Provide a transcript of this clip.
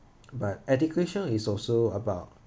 but education is also about